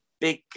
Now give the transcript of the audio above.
big